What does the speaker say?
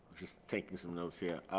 just taking some notes here.